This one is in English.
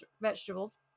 vegetables